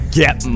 get